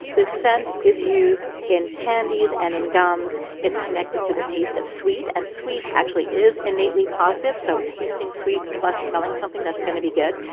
this scent is used in candies and in gums. it's connected to the taste of sweet, and sweet actually is innately positive. so tasting sweet plus smelling something, that's going to be good.